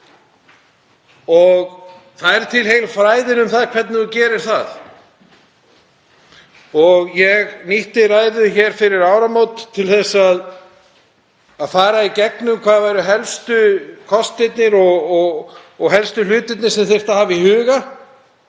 og það eru til heilu fræðin um það hvernig það er gert. Ég nýtti ræðu hér fyrir áramót til að fara í gegnum hverjir væru helstu kostirnir og helstu hlutirnir sem þyrfti að hafa í huga.